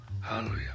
Hallelujah